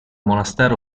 monastero